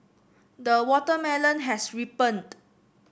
the watermelon has ripened